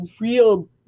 real